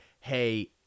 hey